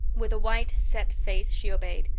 with a white, set face she obeyed.